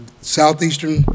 southeastern